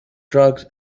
drugs